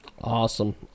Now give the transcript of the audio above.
awesome